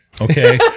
Okay